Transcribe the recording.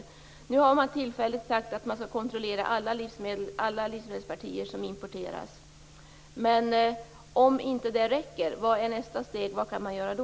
Man har sagt att man tillfälligt skall kontrollera alla livsmedelspartier som importeras, men vad är nästa steg om det inte räcker? Vad kan man göra då?